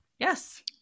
Yes